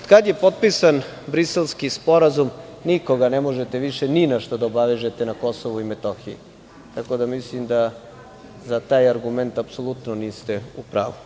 Kada je potpisan Briselski sporazum, nikoga ne možete više ni na šta da obavežete na Kosovu i Metohiji, tako da mislim da za taj argument apsolutno niste u pravu.